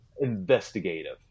investigative